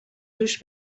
دوش